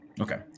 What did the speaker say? Okay